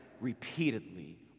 repeatedly